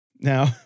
Now